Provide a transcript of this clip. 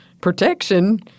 protection